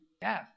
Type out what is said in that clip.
death